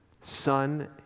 Son